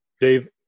dave